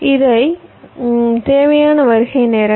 இவை தேவையான வருகை நேரங்கள்